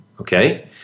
Okay